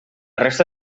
resta